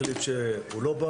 החליט שהוא לא בא